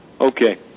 Okay